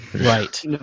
Right